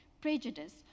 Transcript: prejudice